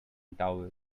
towel